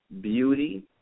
beauty